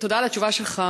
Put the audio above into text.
תודה על התשובה שלך,